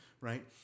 right